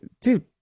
dude